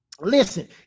Listen